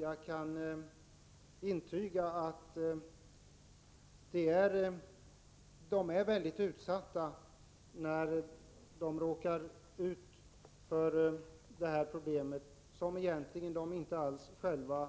Jag kan intyga att de blödarsjuka är mycket utsatta när de råkar ut för detta problem, som de egentligen inte alls själva